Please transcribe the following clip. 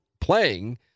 playing